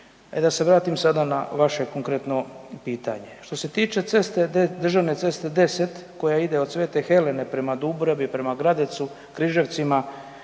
E da se vratim sada na vaše konkretno pitanje. Što se tiče ceste, državne ceste 10, koja ide od Svete Helene prema Dubravi, prema Gradecu, Križevcima,